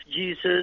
Jesus